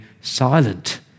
silent